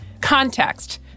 context